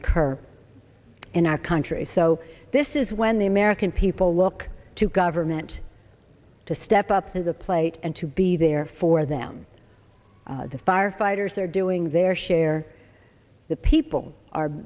occur in our country so this is when the american people look to government to step up to the plate and to be there for them the firefighters are doing their share the people are